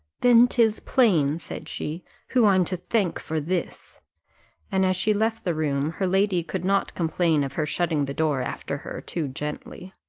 then tis plain, said she, who i'm to thank for this and as she left the room her lady could not complain of her shutting the door after her too gently.